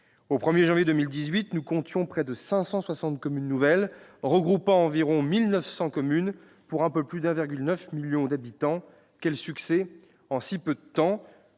Au 1 janvier 2018, nous comptions près de 560 communes nouvelles, regroupant environ 1 900 communes et un peu plus de 1,9 million d'habitants. Quel succès en si peu de temps !